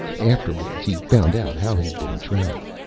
afterwards, he found out how he'd been trapped.